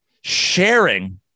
sharing